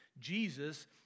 Jesus